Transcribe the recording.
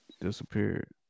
disappeared